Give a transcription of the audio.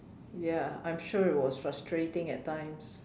ya I'm sure it was frustrating at times